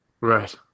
Right